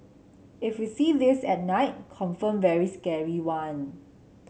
if we see this at night confirm very scary one